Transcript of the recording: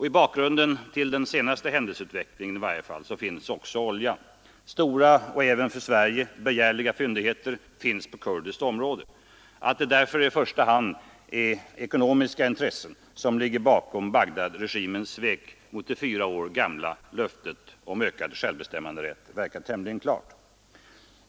I bakgrunden till i varje fall den senaste händelseutvecklingen finns också oljan. Stora, och även för Sverige begärliga, fyndigheter finns på kurdiskt område. Att det därför i första hand är ekonomiska intressen som ligger bakom Bagdadregimens svek mot det fyra år gamla löftet om ökad självbestämmanderätt verkar tämligen klart.